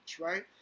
right